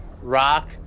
Rock